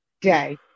day